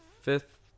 fifth